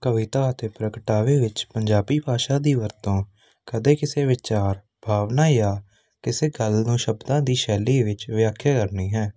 ਕਵਿਤਾ ਅਤੇ ਪ੍ਰਗਟਾਵੇ ਵਿੱਚ ਪੰਜਾਬੀ ਭਾਸ਼ਾ ਦੀ ਵਰਤੋਂ ਕਦੇ ਕਿਸੇ ਵਿਚਾਰ ਭਾਵਨ ਜਾਂ ਕਿਸੇ ਗੱਲ ਨੂੰ ਸ਼ਬਦਾਂ ਦੀ ਸ਼ੈਲੀ ਵਿੱਚ ਵਿਆਖਿਆ ਕਰਨੀ ਹੈ